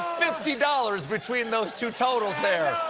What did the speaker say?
fifty dollars between those two totals there,